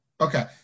Okay